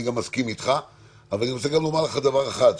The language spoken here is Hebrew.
אני גם מסכים אתך אבל אני רוצה גם לומר לך דבר אחד.